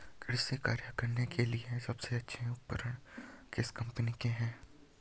कृषि कार्य करने के लिए सबसे अच्छे उपकरण किस कंपनी के हैं?